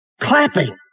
clapping